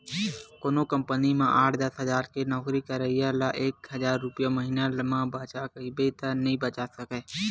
कोनो कंपनी म आठ, दस हजार के नउकरी करइया ल एक हजार रूपिया महिना म बचा कहिबे त नइ बचा सकय